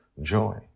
Joy